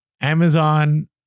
Amazon